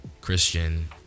Christian